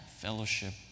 fellowship